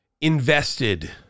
invested